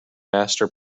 master